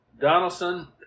Donaldson